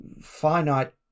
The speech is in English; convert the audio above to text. finite